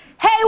Hey